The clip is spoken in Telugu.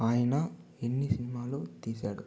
ఆయన ఎన్ని సినిమాలు తీశాడు